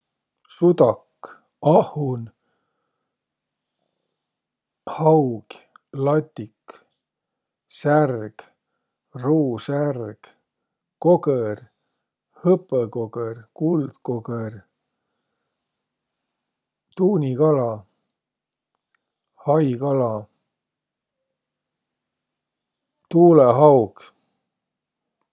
Sudak, ahhun, haug, latik, särg, ruusärg, kogõr, hõpõkogõr, kuldkogõr, tuunikala, haikala, tuulõhaug.